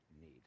need